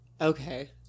Okay